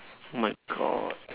oh my god